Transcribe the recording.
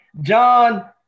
John